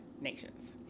nations